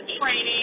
training